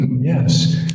yes